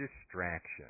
distraction